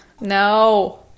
No